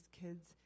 kids